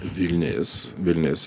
vilnis vilnis